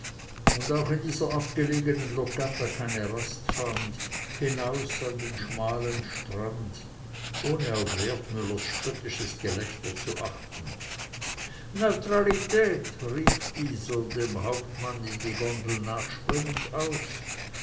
und auch in dieser abgelegenen locanda keine rast fand hinaus an den schmalen strand ohne auf wertmüllers spöttisches gelächter zu achten neutralität rief dieser dem hauptmann in die gondel nachspringend aus